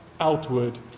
outward